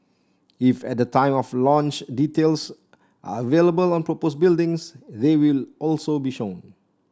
if at the time of launch details are available on proposed buildings they will also be shown